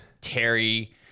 Terry